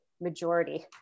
majority